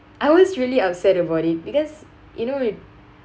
I was really upset about it because you know it